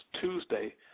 Tuesday